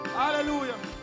hallelujah